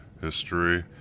History